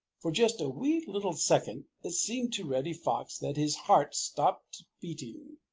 for just a wee little second it seemed to reddy fox that his heart stopped beating.